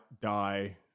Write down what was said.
die